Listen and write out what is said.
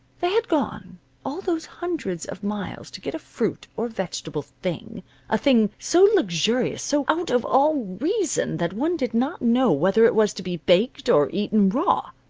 they had gone all those hundreds of miles to get a fruit or vegetable thing a thing so luxurious, so out of all reason that one did not know whether it was to be baked, or eaten raw.